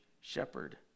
shepherd